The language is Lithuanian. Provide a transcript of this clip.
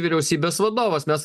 vyriausybės vadovas mes